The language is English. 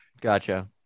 gotcha